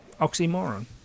oxymoron